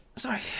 sorry